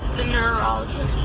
the neurologist